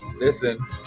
listen